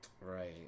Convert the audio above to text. Right